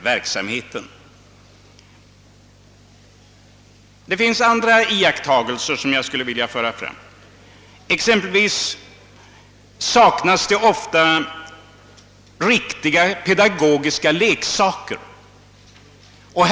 Det finns även andra synpunkter på denna fråga som jag skulle vilja föra fram. Så t.ex. saknas ofta riktiga pedagogiska leksaker i familjedaghemmen.